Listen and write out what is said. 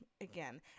again